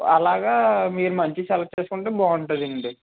అలాగా మీరు మంచివి సెలక్ట్ చేసుకుంటే బాగుంటదండి